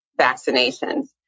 vaccinations